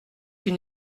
une